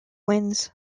wins